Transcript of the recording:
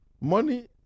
Money